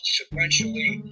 sequentially